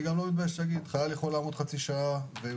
אני לא מתבייש להגיד שחייל יכול לעמוד חצי שעה כי הוא